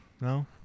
No